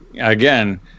again